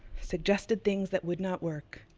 suggested things that would not work,